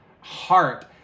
heart